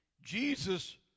Jesus